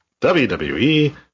WWE